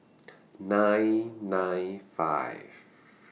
nine nine five